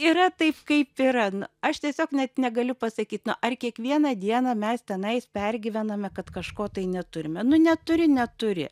yra taip kaip yra na aš tiesiog net negaliu pasakyt ar kiekvieną dieną mes tenais pergyvename kad kažko tai neturime nu neturi neturi